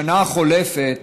בשנה החולפת